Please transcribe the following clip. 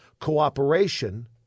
cooperation